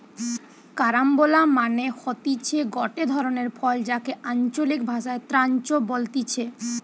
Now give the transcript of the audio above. carambola মানে হতিছে গটে ধরণের ফল যাকে আঞ্চলিক ভাষায় ক্রাঞ্চ বলতিছে